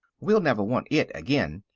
we'll never want it again,